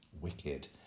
Wicked